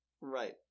Right